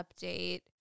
update